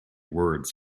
words